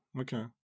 okay